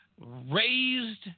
raised